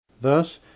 Thus